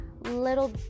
Little